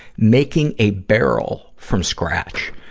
making a barrel from scratch.